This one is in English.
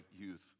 youth